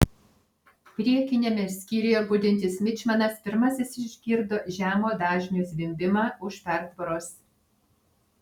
priekiniame skyriuje budintis mičmanas pirmasis išgirdo žemo dažnio zvimbimą už pertvaros